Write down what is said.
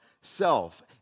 self